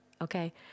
Okay